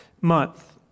month